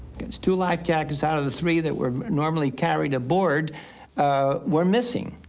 it's two life jackets out of the three that were normally carried aboard we're missing.